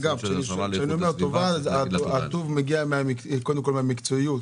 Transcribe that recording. כשאני אומר "טובה" הטוב מגיע קודם כול מן המקצועיות.